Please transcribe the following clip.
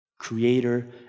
Creator